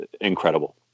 incredible